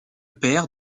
père